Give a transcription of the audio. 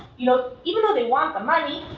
you know even though they want the money,